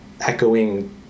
echoing